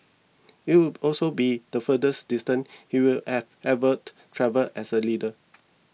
it would also be the furthest distance he will have ever travelled as a leader